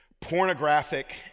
Pornographic